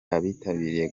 abitabiriye